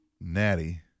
Natty